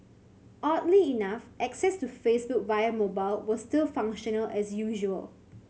oddly enough access to Facebook via mobile was still functional as usual